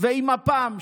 ועם מפ"ם,